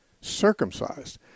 circumcised